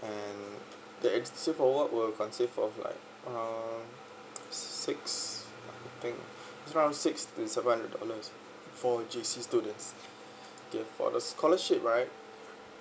and the edusave award will consist of like um six I think it's around six to seven hundred dollars for JC student okay for the scholarship right